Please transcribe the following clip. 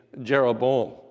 Jeroboam